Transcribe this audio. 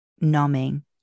numbing